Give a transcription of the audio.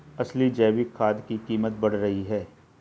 असली जैविक खाद की कीमत बढ़ रही है